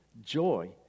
Joy